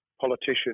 politician